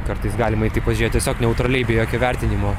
kartais galima eiti pažiūrėti tiesiog neutraliai be jokio vertinimo